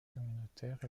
communautaires